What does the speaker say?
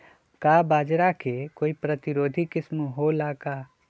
का बाजरा के कोई प्रतिरोधी किस्म हो ला का?